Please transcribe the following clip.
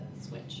switch